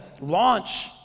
launch